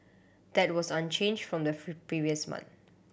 that was unchanged from the previous month